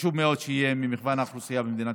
וחשוב מאוד שיהיה ממגוון האוכלוסייה במדינת